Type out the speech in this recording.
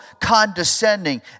condescending